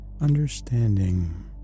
understanding